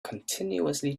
continuously